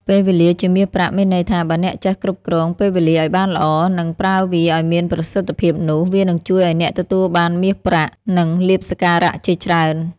ពេលវេលា ជាមាសប្រាក់ មានន័យថា បើអ្នកចេះគ្រប់គ្រងពេលវេលាឲ្យបានល្អ និង ប្រើវាឲ្យមានប្រសិទ្ធភាពនោះ វានឹងជួយឲ្យអ្នកទទួលបានមាសប្រាក់ និង លាភសក្ការៈជាច្រើន។